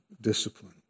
discipline